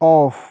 off